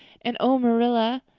and oh, marilla,